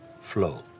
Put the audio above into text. flow